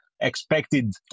expected